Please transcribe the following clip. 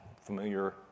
Familiar